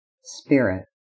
spirit